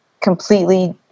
completely